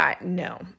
No